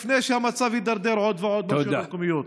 לפני שהמצב יידרדר עוד ועוד ברשויות המקומיות.